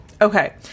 Okay